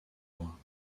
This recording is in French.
moi